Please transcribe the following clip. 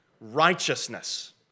Righteousness